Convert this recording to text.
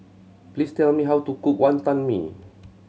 please tell me how to cook Wonton Mee